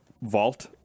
vault